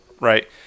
right